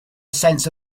sense